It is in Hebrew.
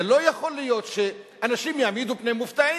זה לא יכול להיות שאנשים יעמידו פני מופתעים,